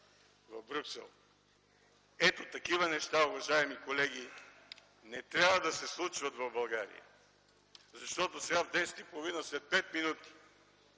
в Брюксел. Ето такива неща, уважаеми колеги, не трябва да се случват в България, защото сега в 10,30 ч.